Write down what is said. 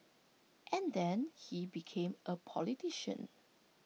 and then he became A politician